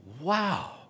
wow